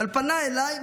אבל פנה אליי,